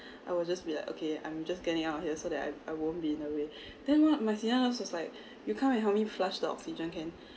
I will just be like okay I'm just getting out of here so that I I won't be in the way then what my senior nurse was just like you come and help me flushed the oxygen can